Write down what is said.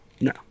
no